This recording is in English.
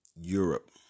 Europe